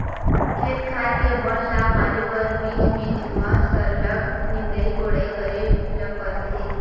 खेत खार के बन ल मारे बर बीच बीच म सरलग निंदई कोड़ई करे ल परथे